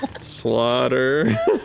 Slaughter